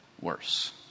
worse